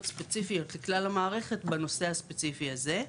ספציפיות לכלל המערכת בנושא הספציפי הזה.